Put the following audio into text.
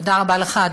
תודה רבה לך,